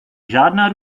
žádná